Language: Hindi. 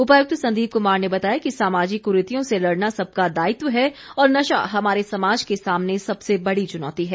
उपायुक्त संदीप कुमार ने बताया कि सामाजिक कुरीतियों से लड़ना सबका दायित्व है और नशा हमारे समाज के सामने सबसे बड़ी चुनौती है